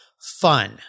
fun